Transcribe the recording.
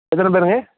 எத்தனை பேருங்க